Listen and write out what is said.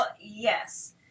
yes